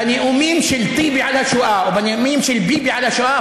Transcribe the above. בנאומים של טיבי על השואה ובנאומים של ביבי על השואה,